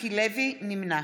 נמנע